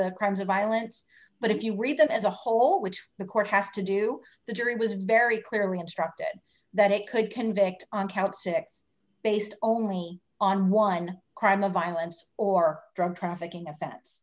the crimes of violence but if you read them as a whole which the court has to do the jury was very clearly instructed that it could convict on count six based only on one crime of violence or drug trafficking offen